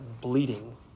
bleeding